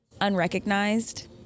unrecognized